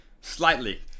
Slightly